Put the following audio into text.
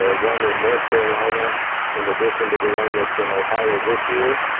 ah one in north carolina in addition to the one that's in ohio this year.